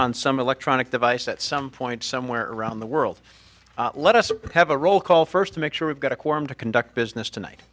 on some electronic device at some point somewhere around the world let us have a roll call first to make sure we've got a quorum to conduct business tonight